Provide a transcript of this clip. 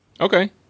Okay